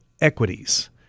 equities